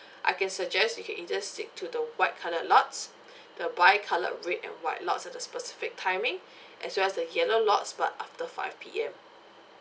I can suggest if can you just stick to the white coloured lots the bi coloured red and white lots at a specific timing as well as the yellow lots but after five P_M